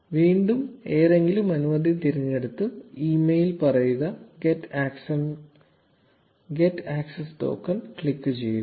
0446 വീണ്ടും ഏതെങ്കിലും അനുമതി തിരഞ്ഞെടുത്ത് ഇമെയിൽ പറയുക ഗെറ്റ് ആക്സസ് ടോക്കൺ' ക്ലിക്കുചെയ്യുക